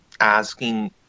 asking